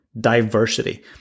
diversity